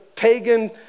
pagan